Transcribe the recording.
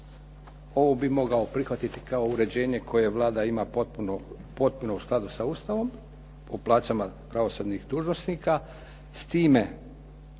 ovo bi mogao prihvatiti kao uređenje koje Vlada ima potpuno u skladu sa Ustavom, o plaćama pravosudnih dužnosnika